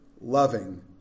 loving